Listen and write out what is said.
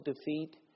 defeat